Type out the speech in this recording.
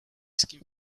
scheme